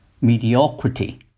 mediocrity